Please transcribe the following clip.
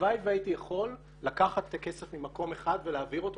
הלוואי והייתי יכול לקחת את הכסף ממקום אחד ולהעביר אותו